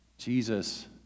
Jesus